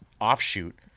offshoot